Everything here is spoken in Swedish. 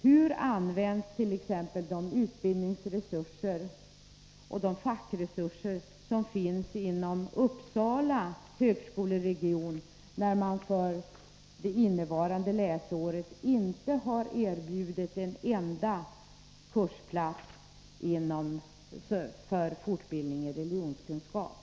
Hur används t.ex. de utbildningsresurser och de fackresurser som finns inom Uppsala högskoleregion, när man för det innevarande läsåret inte har erbjudit en enda kursplats för fortbildning i religionskunskap?